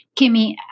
Kimmy